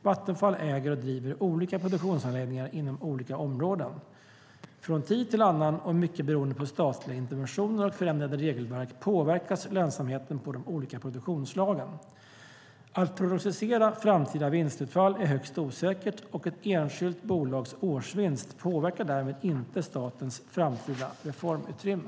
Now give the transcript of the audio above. Vattenfall äger och driver olika produktionsanläggningar inom olika områden. Från tid till annan, och mycket beroende på statliga interventioner och förändrade regelverk, påverkas lönsamheten på de olika produktionsslagen. Att prognostisera framtida vinstutfall är högst osäkert, och ett enskilt bolags årsvinst påverkar därmed inte statens framtida reformutrymme.